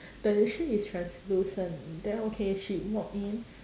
the shirt is translucent then okay she walk in